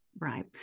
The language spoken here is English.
Right